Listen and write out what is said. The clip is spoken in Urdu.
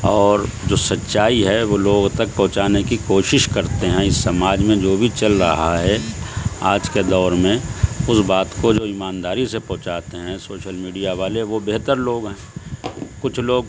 اور جو سچائی ہے وہ لوگوں تک پہنچانے کی کوشش کرتے ہیں اس سماج میں جو بھی چل رہا ہے آج کے دور میں اس بات کو جو ایمانداری سے پہنچاتے ہیں سوشل میڈیا والے وہ بہتر لوگ ہیں کچھ لوگ